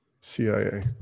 CIA